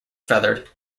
feathered